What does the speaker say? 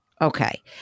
Okay